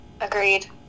Agreed